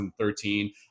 2013